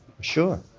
sure